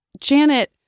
janet